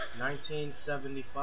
1975